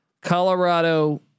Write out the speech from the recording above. Colorado